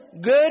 good